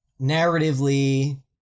narratively